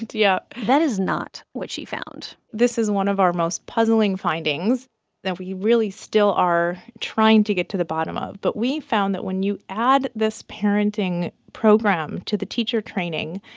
yeah that is not what she found this is one of our most puzzling findings that we really still are trying to get to the bottom of, but we found that when you add this parenting program to the teacher training,